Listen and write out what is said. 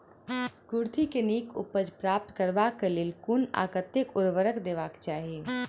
कुर्थी केँ नीक उपज प्राप्त करबाक लेल केँ कुन आ कतेक उर्वरक देबाक चाहि?